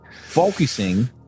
focusing